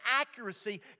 accuracy